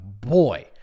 boy